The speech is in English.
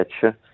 catch